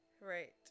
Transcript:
Right